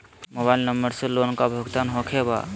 Mobile number से loan का भुगतान होखे बा?